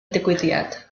digwyddiad